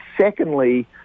Secondly